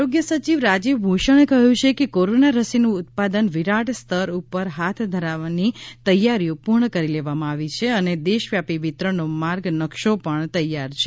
આરોગ્ય સચિવ રાજીવ ભૂષણે કહ્યું છે કે કોરોના રસીનું ઉત્પાદન વિરાટ સ્તર ઉપર હાથ ધરવાની તૈયારીઓ પુર્ણ કરી લેવામાં આવી છે અને દેશવ્યાપી વિતરણનો માર્ગ નક્શો પણ તૈયાર છે